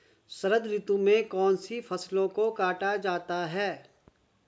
शरद ऋतु में कौन सी फसलों को काटा जाता है?